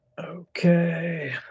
Okay